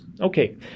Okay